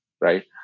right